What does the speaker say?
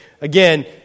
again